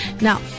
Now